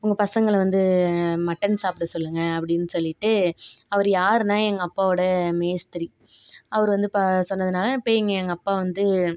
உங்கள் பசங்களை வந்து மட்டன் சாப்பிட சொல்லுங்க அப்படின்னு சொல்லிவிட்டு அவர் யாருனால் எங்கள் அப்பாவோட மேஸ்திரி அவர் வந்து பா சொன்னதுனால் போய்யெங்க எங்கள் அப்பா வந்து